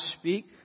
speak